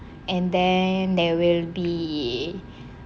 and then there will be